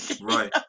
right